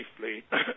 safely